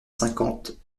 cinquante